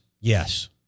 Yes